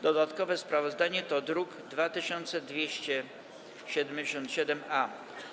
Dodatkowe sprawozdanie to druk nr 2277-A.